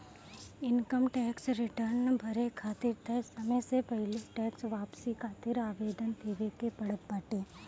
income tax return भरे खातिर तय समय से पहिले टेक्स वापसी खातिर आवेदन देवे के पड़त बाटे